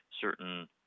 certain